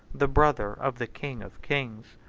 the brother of the king of kings.